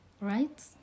Right